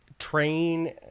train